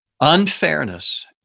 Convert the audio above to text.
unfairness